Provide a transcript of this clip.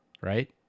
right